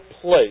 place